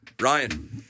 Ryan